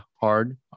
hard